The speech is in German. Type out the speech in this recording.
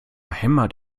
hämmert